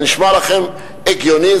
זה נשמע לכם הגיוני?